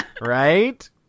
Right